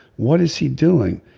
what is he doing.